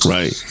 Right